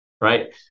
right